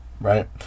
Right